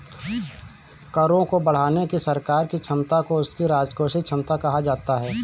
करों को बढ़ाने की सरकार की क्षमता को उसकी राजकोषीय क्षमता कहा जाता है